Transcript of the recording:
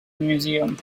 museum